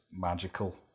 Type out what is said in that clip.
magical